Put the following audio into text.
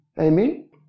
Amen